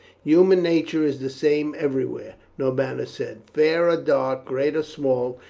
human nature is the same everywhere, norbanus said, fair or dark, great or small.